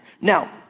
Now